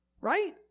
Right